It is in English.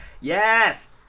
Yes